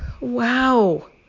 wow